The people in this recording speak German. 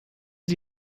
sie